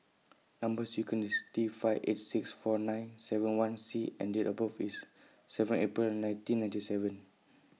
Number sequence IS T five eight six four nine seven one C and Date of birth IS seven April nineteen ninety seven